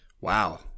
Wow